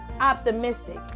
optimistic